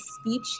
speech